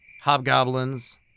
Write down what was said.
Hobgoblins